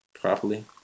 properly